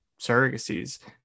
surrogacies